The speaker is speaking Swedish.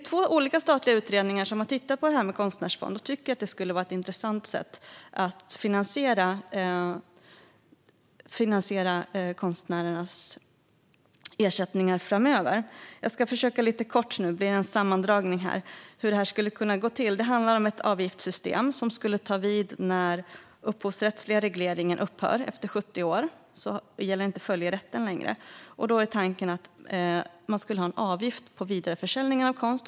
Två olika statliga utredningar har tittat på det här med en konstnärsfond och tycker att det skulle vara ett intressant sätt att finansiera konstnärernas ersättningar framöver. Jag ska försöka att lite kort redogöra för hur detta kan gå till. Det handlar om ett avgiftssystem som skulle ta vid när den upphovsrättsliga regleringen upphör efter 70 år. Då gäller inte följerätten längre, och tanken är att man då skulle ha en avgift på vidareförsäljningen av konst.